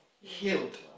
Healed